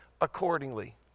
accordingly